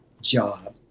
job